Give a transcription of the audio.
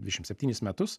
dvišim septynis metus